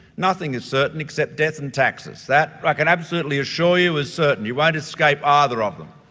nothing is certain except death and taxes. that i can absolutely assure you is certain, you won't escape ah either of them.